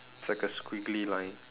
it's like a squiggly line